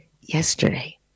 yesterday